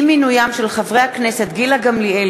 עם מינוים של חברי הכנסת גילה גמליאל